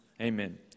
amen